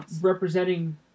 representing